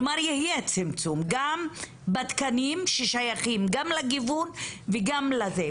כלומר יהיה צמצום גם בתקנים ששייכים גם לגיוון וגם לזה.